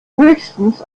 höchstens